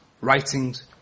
writings